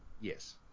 Yes